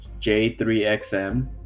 j3xm